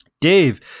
dave